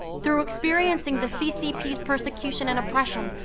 through experiencing the ccp's persecution and oppression,